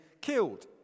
killed